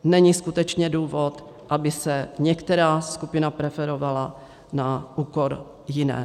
Není skutečně důvod, aby se některá skupina preferovala na úkor jiné.